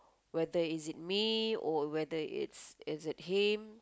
whether is it me or whether is it him